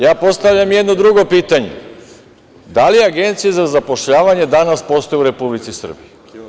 Ja postavljam jedno drugo pitanje – da li agencije za zapošljavanje danas postoje u Republici Srbiji?